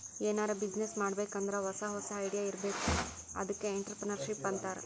ಎನಾರೇ ಬಿಸಿನ್ನೆಸ್ ಮಾಡ್ಬೇಕ್ ಅಂದುರ್ ಹೊಸಾ ಹೊಸಾ ಐಡಿಯಾ ಇರ್ಬೇಕ್ ಅದ್ಕೆ ಎಂಟ್ರರ್ಪ್ರಿನರ್ಶಿಪ್ ಅಂತಾರ್